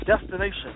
destination